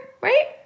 right